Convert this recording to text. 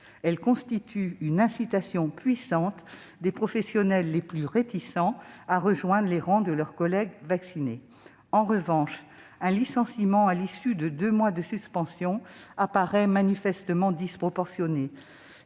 Elle est une incitation puissante à ce que les professionnels les plus réticents rejoignent les rangs de leurs collègues vaccinés. En revanche, un licenciement à l'issue de deux mois de suspension paraît manifestement disproportionné.